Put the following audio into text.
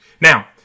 Now